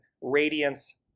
radiance